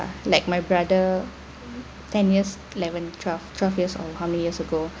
like my brother ten years eleven twelve twelve years old how many years ago